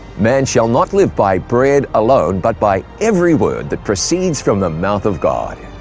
man shall not live by bread alone, but by every word that proceeds from the mouth of god